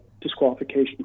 disqualification